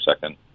second